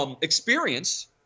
experience